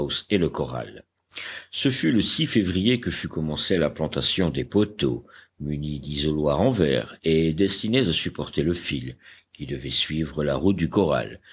et le corral ce fut le février que fut commencée la plantation des poteaux munis d'isoloirs en verre et destinés à supporter le fil qui devait suivre la route du corral